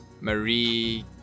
Marie